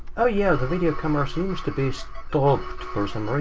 oh yeah the video camera seems to be stopped for some